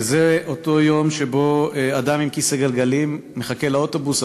וזה אותו יום שבו אדם עם כיסא גלגלים מחכה לאוטובוס,